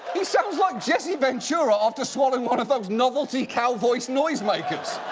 he sounds like jesse ventura after swallowing one of those novelty cow-voice noise makers.